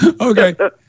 Okay